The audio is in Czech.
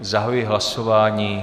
Zahajuji hlasování.